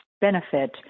benefit